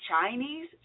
Chinese